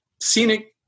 scenic